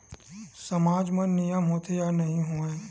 सामाज मा नियम होथे या नहीं हो वाए?